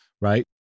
Right